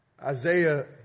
Isaiah